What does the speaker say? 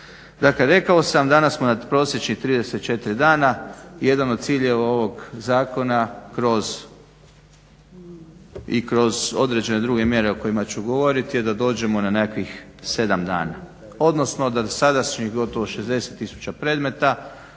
Dakle rekao sam danas smo na prosječnih 34 dana, jedan od ciljeva ovog zakona i kroz određene druge mjere o kojima ću govorit je da dođemo na nekakvih 7 dana, odnosno dosadašnjih 60 tisuća predmeta